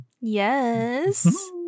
Yes